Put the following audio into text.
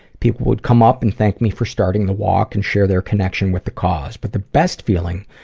people would come up and thank me for starting the walk and share their connection with the cause. but the best feeling,